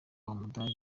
w’umudage